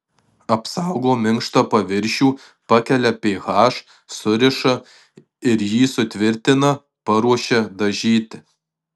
apsaugo minkštą paviršių pakelia ph suriša ir jį sutvirtina paruošia dažyti